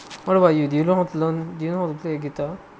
what about you do you know how to learn do you know how to play a guitar